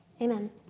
Amen